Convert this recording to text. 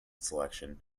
selection